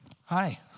Hi